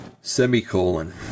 semicolon